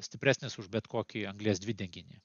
stipresnis už bet kokį anglies dvideginį